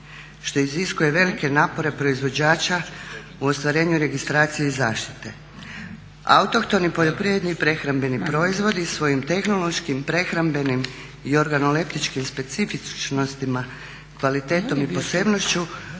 što iziskuje velike napore proizvođača u ostvarenju registracije i zaštite. Autohtoni poljoprivredni i prehrambeni proizvodi svojim tehnološkim, prehrambenim i organoleptičkim specifičnostima, kvalitetom i posebnošću